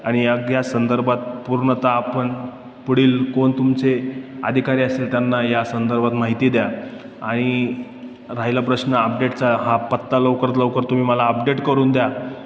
आणि या गॅस संदर्भात पूर्णतः आपण पुढील कोण तुमचे अधिकारी असेल त्यांना या संदर्भात माहिती द्या आणि राहिला प्रश्न अपडेटचा हा पत्ता लवकरात लवकर तुम्ही मला अपडेट करून द्या